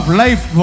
life